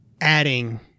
adding